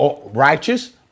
righteous